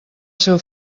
seu